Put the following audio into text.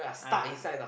ah